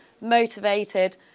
motivated